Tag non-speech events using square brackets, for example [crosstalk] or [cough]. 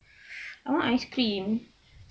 [breath] I want ice cream